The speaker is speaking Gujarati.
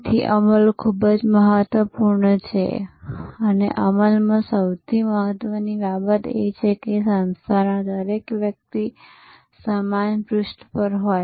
તેથી અમલ ખૂબ જ મહત્વપૂર્ણ છે અને અમલમાં સૌથી મહત્વની બાબત એ છે કે સંસ્થામાં દરેક વ્યક્તિ સમાન પૃષ્ઠ પર હોય